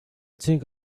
think